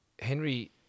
Henry